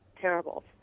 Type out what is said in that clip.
terrible